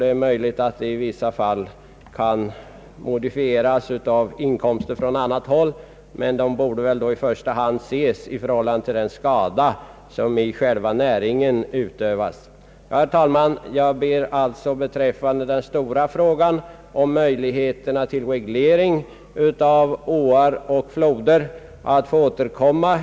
Det är möjligt att de i vissa fall kan lindras genom inkomster från annat håll. Ersättningsbehoven borde dock i första hand ses i förhållande till den skada som vederbörande har lidit. Jag ber, herr talman, beträffande den stora frågan om möjligheterna till reglering av åar och floder att få återkomma.